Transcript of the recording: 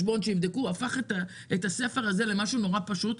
הפך את הספר הזה למשהו מאוד פשוט,